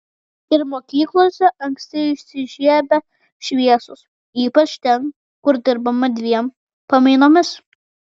ir mokyklose anksti įsižiebia šviesos ypač ten kur dirbama dviem pamainomis